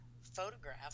photograph